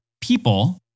people